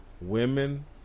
Women